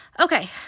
okay